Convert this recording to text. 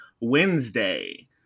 Wednesday